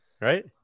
right